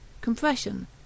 compression